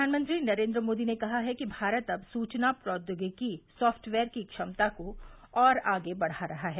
प्रधानमंत्री नरेन्द्र मोदी ने कहा है कि भारत अब सूचना प्रौद्योगिकी साफ्टवेयर की क्षमता को और आगे बढ़ा रहा है